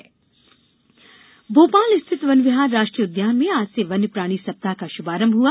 वन्यप्राणी सप्ताह भोपाल स्थित वन विहार राष्ट्रीय उद्यान में आज से वन्यप्राणी सप्ताह का शुभारंभ हआ